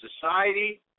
society